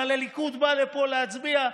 אבל הליכוד בא לפה להצביע,